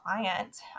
client